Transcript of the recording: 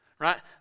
Right